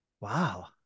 Wow